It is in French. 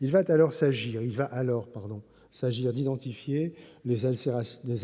lors, il s'agit d'identifier les